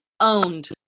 owned